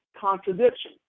contradiction